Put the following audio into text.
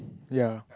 ya